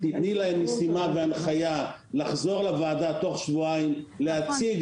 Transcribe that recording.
תתני להם משימה והנחיה לחזור לוועדה תוך שבועיים להציג